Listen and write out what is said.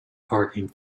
parking